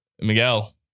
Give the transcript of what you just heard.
Miguel